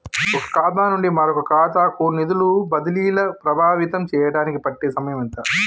ఒక ఖాతా నుండి మరొక ఖాతా కు నిధులు బదిలీలు ప్రభావితం చేయటానికి పట్టే సమయం ఎంత?